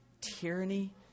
tyranny